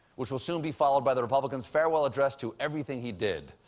which will so and be followed by the republicans' farewell address to everything he did.